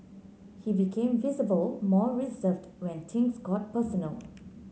he became visible more reserved when things got personal